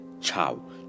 ciao